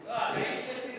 לא, אתה איש רציני,